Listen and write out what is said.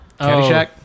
Caddyshack